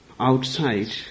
outside